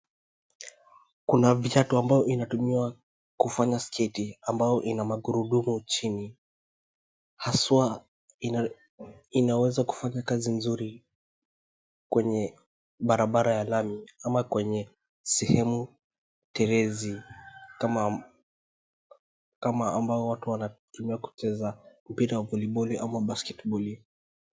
Kuna viatu ambavyo inatumiwa kufanya skatie ambayo ina magurudumu chini. Haswa inaweza kufanya kazi nzuri kwenye barabara ya lami ama kwenye sehemu telezi kama ambao watu wanatumia kucheza voliboli ama basketboli .